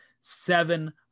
seven